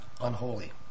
unholy